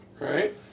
Right